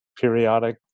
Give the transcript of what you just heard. Periodic